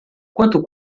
quanto